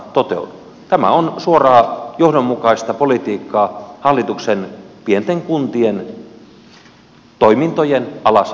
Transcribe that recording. tämä on hallituksen suoraa johdonmukaista politiikkaa pienten kuntien toimintojen alas ajamiseksi